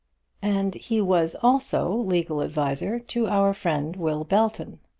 and he was also legal adviser to our friend will belton,